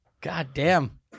goddamn